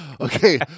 okay